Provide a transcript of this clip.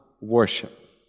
worship